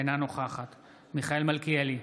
אינה נוכחת מיכאל מלכיאלי,